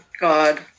God